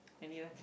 anywhere